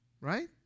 Right